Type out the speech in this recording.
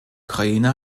ukraine